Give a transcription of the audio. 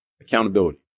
Accountability